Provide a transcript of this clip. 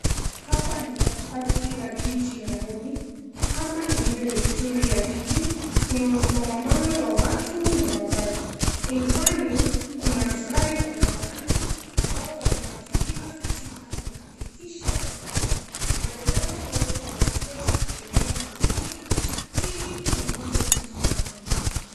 Hapa ni katikati la jiji la Nairobi. Kama ilivyo desturi ya jiji, kuna msongamano wa watu na magari. Ilhali, kuna askari wa barabarani, ambao wanawajibika katika kuhakikisha ya kwamba, madereva wote wanafuata sheria vilivyo, ili kupunguza msongamano.